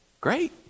great